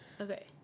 Okay